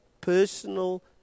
personal